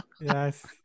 Yes